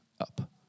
up